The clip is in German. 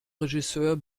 regisseur